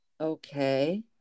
Okay